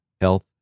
health